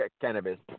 cannabis